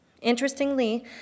Interestingly